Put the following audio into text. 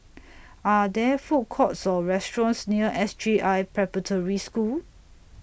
Are There Food Courts Or restaurants near S J I Preparatory School